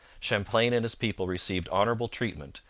champlain and his people received honourable treatment,